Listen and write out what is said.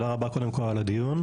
קודם כל, תודה רבה על הדיון.